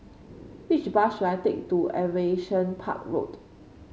which bus should I take to Aviation Park Road